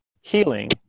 healing